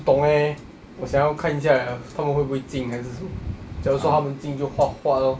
不懂 eh 我想要看一下他们会不会进还是什么加入说他们进就 huat huat lor